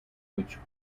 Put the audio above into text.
which